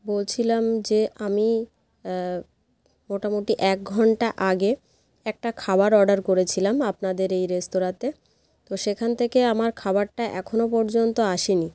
বলছিলাম যে আমি মোটামুটি এক ঘন্টা আগে একটা খাবার অর্ডার করেছিলাম আপনাদের এই রেস্তোরাঁতে তো সেখান থেকে আমার খাবারটা এখনো পর্যন্ত আসেনি